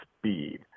speed